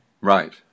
Right